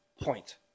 point